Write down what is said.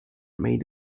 made